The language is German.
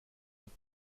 wird